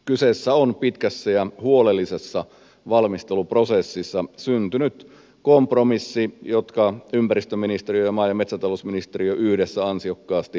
kyseessä on pitkässä ja huolellisessa valmisteluprosessissa syntynyt kompromissi jonka ympäristöministeriö ja maa ja metsätalousministeriö yhdessä ansiokkaasti sorvasivat